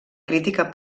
crítica